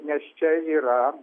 nes čia yra